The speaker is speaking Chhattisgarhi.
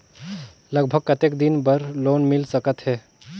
लगभग कतेक दिन बार लोन मिल सकत हे?